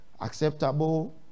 acceptable